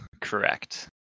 correct